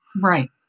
Right